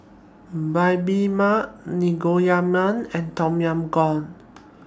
Bibimbap Naengmyeon and Tom Yam Goong